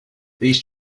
these